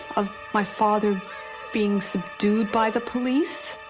of my father being subdued by the police.